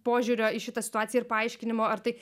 požiūrio į šitą situaciją ir paaiškinimo ar tai